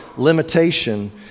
Limitation